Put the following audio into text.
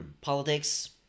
Politics